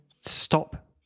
stop